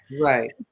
Right